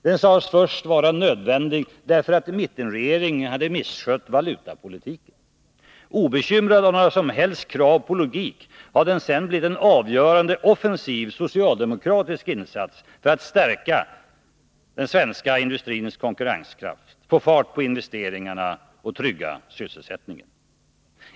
Den sades först vara nödvändig därför att mittenregeringen hade misskött valutapolitiken. Obekymrad av några som helst krav på logik har man sedan gjort den till en avgörande och offensiv socialdemokratisk insats för att stärka den svenska industrins konkurrenskraft, få fart på investeringarna och trygga sysselsättningen.